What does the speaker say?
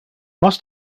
must